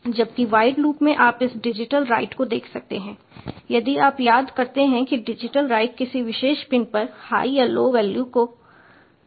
जबकि void loop में आप इस डिजिटल राइट को देख सकते हैं यदि आप याद करते हैं कि डिजिटल राइट किसी विशेष पिन पर हाई या लो वैल्यू लिखता है